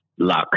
luck